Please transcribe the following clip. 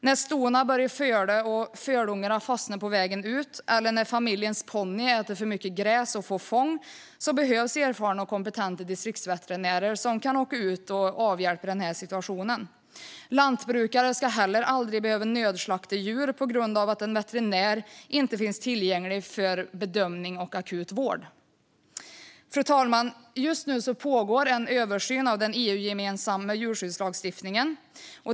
När stona börjar föla och fölungarna fastnar på vägen ut eller när familjens ponny äter för mycket gräs och får fång behövs erfarna och kompetenta distriktsveterinärer som kan åka ut och avhjälpa situationen. Lantbrukare ska heller aldrig behöva nödslakta djur på grund av att en veterinär inte finns tillgänglig för bedömning och akut vård. Fru talman! Just nu pågår en översyn av den EU-gemensamma djurskyddslagstiftningen.